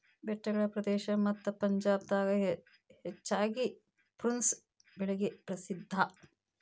ಬೆಟ್ಟಗಳ ಪ್ರದೇಶ ಮತ್ತ ಪಂಜಾಬ್ ದಾಗ ಹೆಚ್ಚಾಗಿ ಪ್ರುನ್ಸ್ ಬೆಳಿಗೆ ಪ್ರಸಿದ್ಧಾ